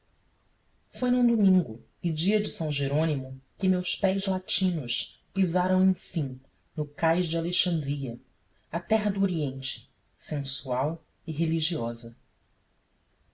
foi num domingo e dia de s jerônimo que meus pés latinos pisaram enfim no cais de alexandria a terra do oriente sensual e religiosa